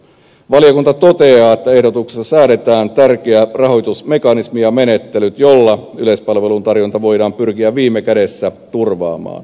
valiokunta toteaa että ehdotuksessa säädetään tärkeä rahoitusmekanismi ja menettelyt joilla yleispalvelun tarjonta voidaan pyrkiä viime kädessä turvaamaan